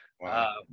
wow